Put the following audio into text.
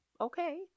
Okay